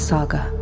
Saga